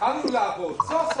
התחלנו לעבוד, סוף-סוף.